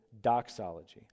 doxology